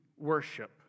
worship